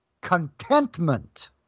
contentment